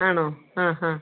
ആണോ ആ ഹാ